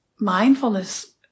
mindfulness